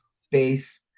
space